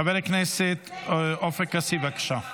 חבר הכנסת עופר כסיף, בבקשה.